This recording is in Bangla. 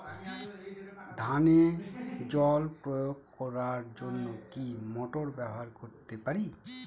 ধানে জল প্রয়োগ করার জন্য কি মোটর ব্যবহার করতে পারি?